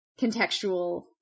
contextual